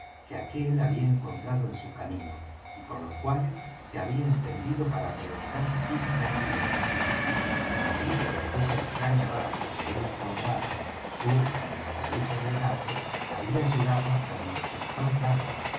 que aquél había encontrado en su camino y con los cuales se había entendido para regresar sin pérdida de tiempo la noticia de aquella extraña barca de vela cuadrada surta en la caleta del gato había llegado hasta el inspector dance